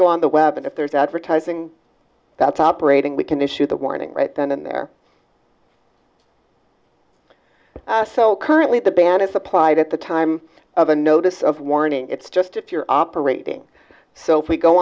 go on the web and if there's advertising that's operating we can issue the warning right then and there so currently the ban is applied at the time of a notice of warning it's just if you're operating so if we go